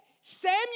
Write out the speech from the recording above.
Samuel